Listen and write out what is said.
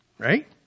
right